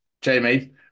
Jamie